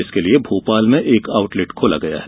इसके लिये भोपाल में एक आउटलेट खोला गया है